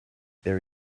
there